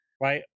right